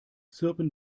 zirpen